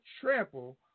trample